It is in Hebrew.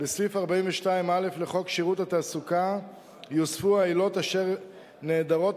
בסעיף 42(א) לחוק שירות התעסוקה יוספו העילות אשר נעדרות